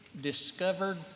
discovered